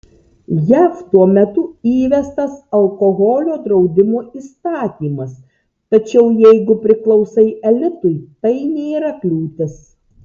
jav tuo metu įvestas alkoholio draudimo įstatymas tačiau jeigu priklausai elitui tai nėra kliūtis